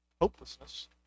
hopelessness